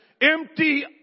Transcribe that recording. Empty